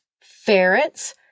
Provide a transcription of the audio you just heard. ferrets